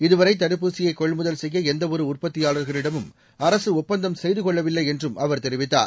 இதுவரை தடுப்பூசியை கொள்முதல் செய்ய எந்தவொரு உற்பத்தியாளர்களிடமும் அரசு ஒப்பந்தம் செய்து கொள்ளவில்லை என்றும் அவர் தெரிவித்தார்